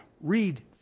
Read